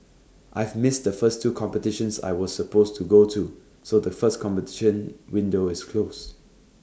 I've missed the first two competitions I was supposed to go to so the first competition window is closed